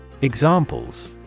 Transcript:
Examples